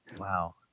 Wow